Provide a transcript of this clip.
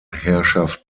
herrschaft